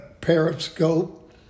periscope